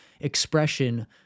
expression